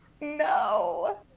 No